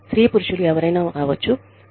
స్త్రీపురుషులు ఎవరైనా కావచ్చు